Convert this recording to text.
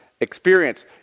experience